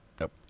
nope